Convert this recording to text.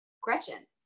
Gretchen